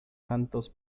santos